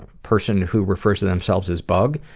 person who refers to themselves as bug.